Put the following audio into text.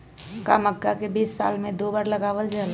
का मक्का के बीज साल में दो बार लगावल जला?